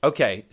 Okay